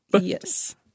Yes